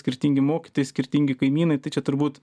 skirtingi mokytojai skirtingi kaimynai tai čia turbūt